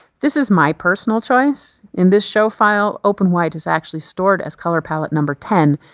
this is my personal choice. in this show file, open white is actually stored ascolor palette number ten,